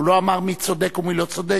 הוא לא אמר מי צודק ומי לא צודק.